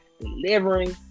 delivering